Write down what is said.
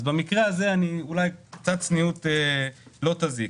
אז במקרה הזה, קצת צניעות לא תזיק.